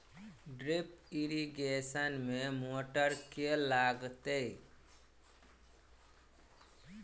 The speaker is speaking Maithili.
ड्रिप इरिगेशन मे मोटर केँ लागतै?